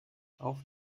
auf